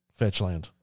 Fetchland